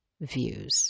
views